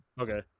okay